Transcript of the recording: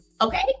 okay